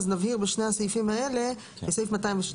אז נבהיר לגבי שני הסעיפים האלה (33א)בסעיף 202,